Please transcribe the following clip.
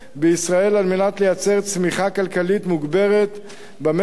בישראל על מנת ליצור צמיחה כלכלית מוגברת במשק